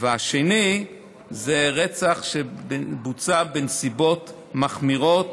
השני זה רצח שבוצע בנסיבות מחמירות,